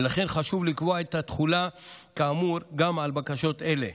ולכן חשוב לקבוע את התחולה כאמור גם על בקשות אלה.